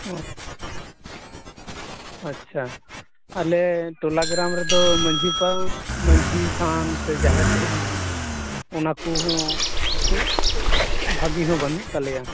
ᱚᱸᱻ ᱟᱪᱪᱷᱟ ᱟᱞᱮ ᱴᱚᱞᱟ ᱜᱨᱟᱢ ᱨᱮᱫᱚ ᱢᱟᱹᱡᱷᱤ ᱛᱷᱟᱱ ᱥᱮ ᱡᱟᱦᱮᱨ ᱛᱷᱟᱱ ᱚᱱᱟ ᱠᱚᱦᱚᱸ ᱠᱷᱩᱵ ᱵᱷᱟᱜᱮ ᱦᱚᱸ ᱵᱟᱹᱱᱩᱜ ᱛᱟᱞᱮᱭᱟ